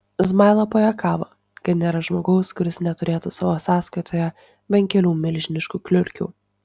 zmaila pajuokavo kad nėra žmogaus kuris neturėtų savo sąskaitoje bent kelių milžiniškų kliurkių